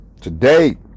Today